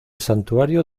santuario